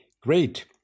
Great